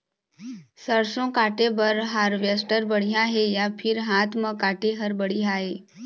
सरसों काटे बर हारवेस्टर बढ़िया हे या फिर हाथ म काटे हर बढ़िया ये?